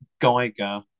Geiger